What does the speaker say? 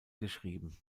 geschrieben